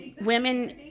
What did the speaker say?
women